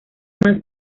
más